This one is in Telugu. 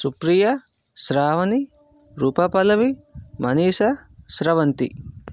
సుప్రియ శ్రావణి రూపాపల్లవి మనీషా శ్రవంతి